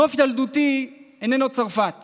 נוף ילדותי איננו צרפת